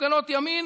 הפגנות ימין